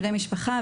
בני משפחה,